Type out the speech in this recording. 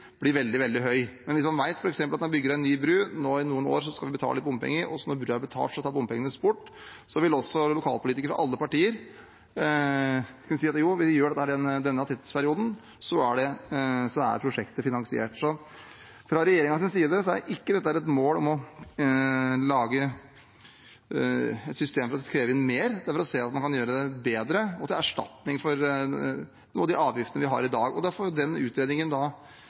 veldig, veldig høy. Men hvis man vet f.eks. at når man bygger en ny bro, skal man i noen år betale litt bompenger, og så, når broen er betalt, tas bompengene bort, så vil også lokalpolitikere fra alle partier kunne si at dette gjør vi i denne tidsperioden, og så er prosjektet finansiert. Fra regjeringens side er ikke dette er et mål om å lage et system for å kreve inn mer, men det er for å se at man kan gjøre det bedre, og det er til erstatning for noen av de avgiftene vi har i dag. Så får den utredningen som det nå jobbes med, da